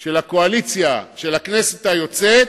של הקואליציה של הכנסת היוצאת,